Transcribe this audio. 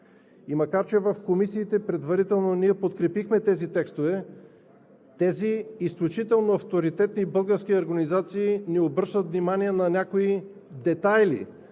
Макар че в комисиите ние предварително подкрепихме текстовете, тези изключително авторитетни български организации ни обръщат внимание на някои детайли,